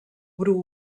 bru